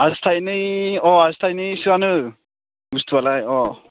आसि थाइनै अ आसि थाइनैसोआनो बुस्थुआलाय अ